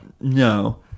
No